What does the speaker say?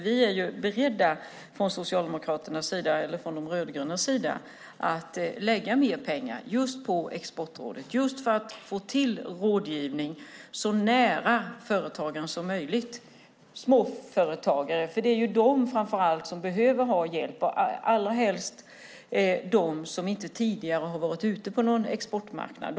Vi från De rödgrönas sida är beredda att lägga mer pengar just på Exportrådet, så att det går att få rådgivning så nära småföretagarna som möjligt. Det är framför allt de som behöver hjälp, allra helst de som inte tidigare har varit ute på en exportmarknad.